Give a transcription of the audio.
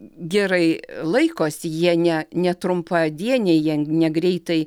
gerai laikosi jie ne ne trumpadieniai ne greitai